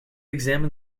examine